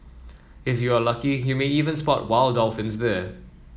if you are lucky you may even spot wild dolphins there